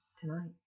tonight